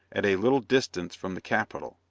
at a little distance from the capital.